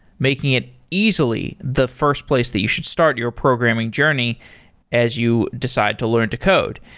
making it easily the first place that you should start your programming journey as you decide to learn to code.